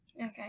Okay